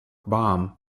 bomb